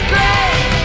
Great